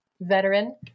veteran